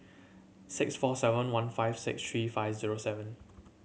six four seven one five six three five zero seven